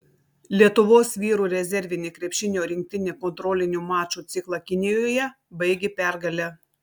lietuvos vyrų rezervinė krepšinio rinktinė kontrolinių mačų ciklą kinijoje baigė pergale